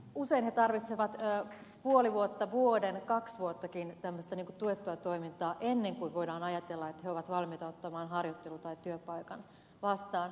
usein he tarvitsevat puoli vuotta vuoden kaksi vuottakin tuettua toimintaa ennen kuin voidaan ajatella että he ovat valmiita ottamaan harjoittelu tai työpaikan vastaan